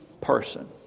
person